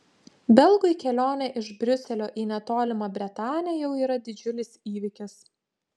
belgui kelionė iš briuselio į netolimą bretanę jau yra didžiulis įvykis